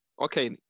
Okay